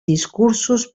discursos